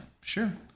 sure